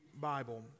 bible